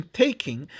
taking